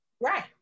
Right